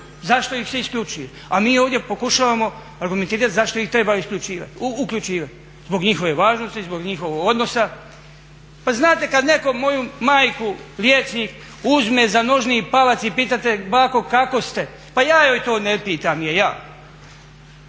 zašto ih se isključuje? A mi ovdje pokušavamo argumentirati zašto ih treba isključivati, uključivati zbog njihove važnosti, zbog njihovog odnosa. Pa znate kad neko moju majku liječnik uzme za nožni palac i pita te bako kako ste, pa ja ju to ne pitam. Ko to